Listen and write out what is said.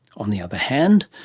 on the other hand,